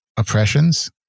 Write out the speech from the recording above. oppressions